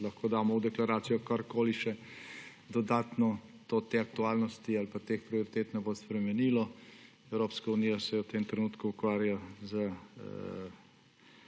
lahko damo v deklaracijo še karkoli dodatno, pa te aktualnosti ali teh prioritet ne bo spremenilo. Evropska unija se v tem trenutku ukvarja z